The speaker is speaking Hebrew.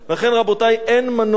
לכן, רבותי, אין מנוס,